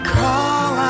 call